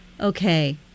Okay